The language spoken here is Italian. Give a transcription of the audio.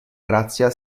grazia